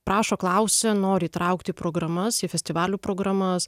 prašo klausia nori įtraukti programas į festivalių programas